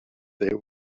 there